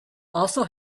also